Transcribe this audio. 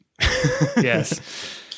Yes